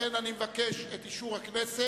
לכן, אני מבקש את אישור הכנסת.